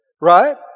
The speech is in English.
Right